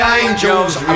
angels